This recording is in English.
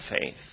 faith